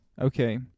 Okay